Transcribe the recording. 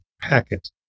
packet